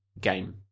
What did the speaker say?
game